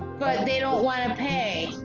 but they don't wanna pay.